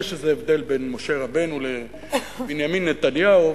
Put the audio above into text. יש איזה הבדל בין משה רבנו לבנימין נתניהו.